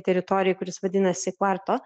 teritorijoj kuris vadinasi kvarto